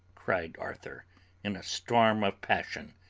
cried arthur in a storm of passion.